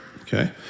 okay